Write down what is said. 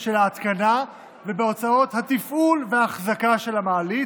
של ההתקנה ובהוצאות התפעול והאחזקה של המעלית,